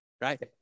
right